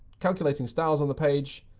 calculating styles on the page,